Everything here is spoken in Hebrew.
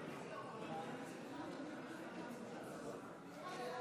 51: 47